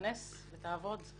תיכנס ותעבוד.